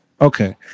Okay